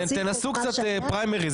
תנסו קצת פריימריז,